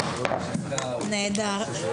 הישיבה ננעלה בשעה